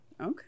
okay